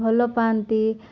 ଭଲ ପାଆନ୍ତି